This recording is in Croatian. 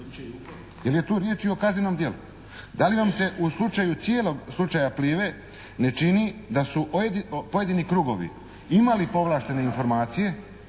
Jel' je tu riječ i o kaznenom dijelu? Da li vam se u slučaju cijelog slučaja "Plive" ne čini da su pojedini krugovi imali povlaštene informacije